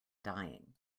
dying